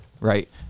right